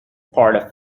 part